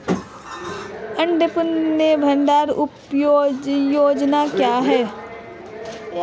अन्नपूर्णा भंडार योजना क्या है?